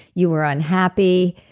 you were unhappy.